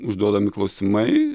užduodami klausimai